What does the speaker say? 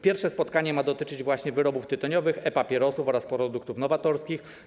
Pierwsze spotkanie ma dotyczyć właśnie wyrobów tytoniowych, e-papierosów oraz produktów nowatorskich.